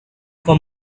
for